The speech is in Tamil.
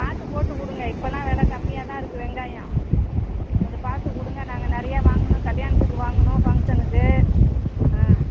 பார்த்து போட்டு கொடுங்க இப்பெல்லாம் வில கம்மியாக தான் இருக்குது வெங்காயம் கொஞ்சம் பார்த்து கொடுங்க நாங்கள் நிறையா வாங்கணும் கல்யாணத்துக்கு வாங்கணும் ஃபங்க்ஷனுக்கு ஆ